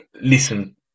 listen